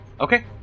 Okay